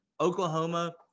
Oklahoma